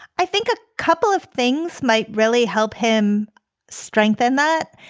i think a couple of things might really help him strengthen that.